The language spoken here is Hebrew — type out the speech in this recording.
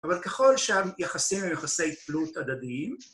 אבל ככל שהמ-יחסים הם יחסי תלות הדדיים,